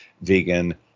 vegan